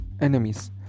enemies